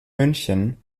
münchen